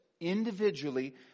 individually